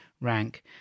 rank